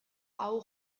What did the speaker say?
hau